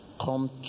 come